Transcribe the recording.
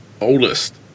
oldest